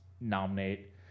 nominate